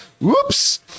Whoops